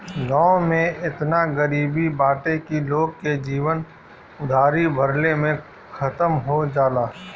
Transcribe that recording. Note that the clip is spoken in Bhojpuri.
गांव में एतना गरीबी बाटे की लोग के जीवन उधारी भरले में खतम हो जाला